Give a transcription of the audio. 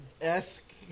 esque